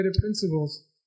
principles